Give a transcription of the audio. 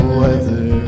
weather